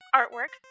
artwork